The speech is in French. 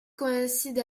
coïncide